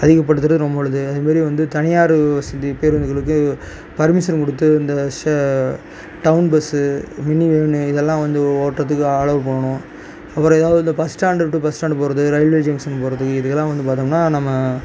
அதிகப்படுத்துறது ரொம்ப நல்லது அதுமாரி வந்து தனியார் வசதி பேருந்துகளுக்கு பர்மிஸன் கொடுத்து இந்த ச டௌன் பஸ்ஸு மினி வேனு இதெல்லாம் வந்து ஓட்டுறத்துக்கு அலோவ் பண்ணணும் அப்புறம் எதாவது இந்த bus stand to bus stand போகறது ரெயில்வே ஜங்ஷன் போகறது இதுக்குலாம் வந்து பார்த்தோம்னா நம்ம